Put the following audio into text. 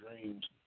dreams